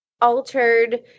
altered